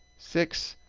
six,